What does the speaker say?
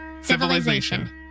Civilization